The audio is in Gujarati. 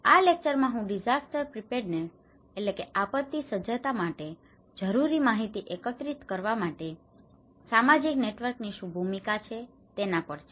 આ લેકચરમાં હું ડીસાસ્ટર પ્રીપેરડ્નેસ disaster preparedness આપત્તિ સજ્જતા માટે જરૂરી માહિતી એકત્રિત કરવા માટે સામાજિક નેટવર્કની શું ભૂમિકા છે તેના પર છે